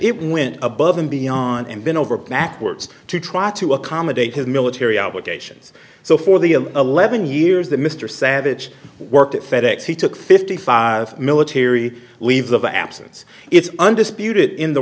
it went above and beyond and been over backwards to try to accommodate his military obligations so for the eleven years that mr savage worked at fed ex he took fifty five military leaves of absence it's undisputed in the